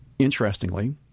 Interestingly